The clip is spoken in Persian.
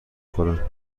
خورم